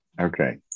Okay